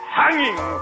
hanging